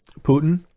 Putin